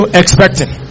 expecting